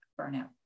burnout